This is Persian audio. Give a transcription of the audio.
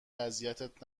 اذیتت